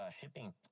shipping